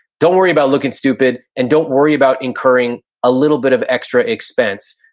don't worry about looking stupid and don't worry about incurring a little bit of extra expense.